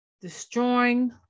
destroying